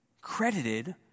Credited